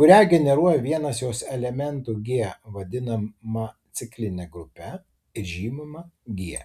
kurią generuoja vienas jos elementų g vadinama cikline grupe ir žymima g